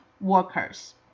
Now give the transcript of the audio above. workers